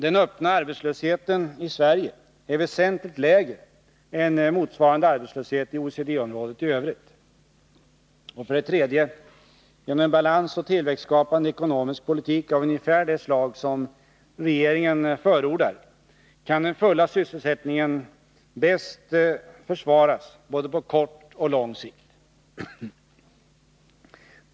Den öppna arbetslösheten i Sverige är väsentligt lägre än motsvarande arbetslöshet i OECD-området i övrigt. 3. Genom en balansoch tillväxtskapande ekonomisk politik av ungefär det slag som regeringen förordar kan den fulla sysselsättningen bäst försvaras på både kort och lång sikt.